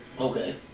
Okay